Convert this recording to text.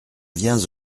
viens